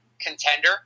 contender